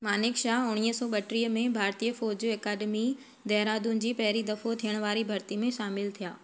मानेकशॉ उणिवीह सौ ॿटीअ में भारतीय फ़ौज अकादमी देहरादून जी पहिरीं दफ़ो थियणु वारी भर्ती में शामिलु थिया